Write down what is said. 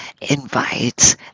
invites